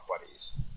buddies